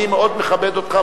אני מאוד מכבד אותך,